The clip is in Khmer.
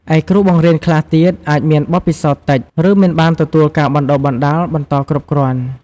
ឯគ្រូបង្រៀនខ្លះទៀតអាចមានបទពិសោធន៍តិច ឬមិនបានទទួលការបណ្តុះបណ្តាលបន្តគ្រប់គ្រាន់។